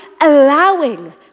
allowing